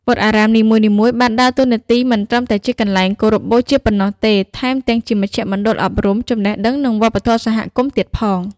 វត្តអារាមនីមួយៗបានដើរតួនាទី មិនត្រឹមតែជាទីកន្លែងគោរពបូជាប៉ុណ្ណោះទេ ថែមទាំងជាមជ្ឈមណ្ឌលអប់រំ ចំណេះដឹង និងវប្បធម៌សហគមន៍ទៀតផង។